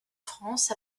france